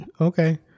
okay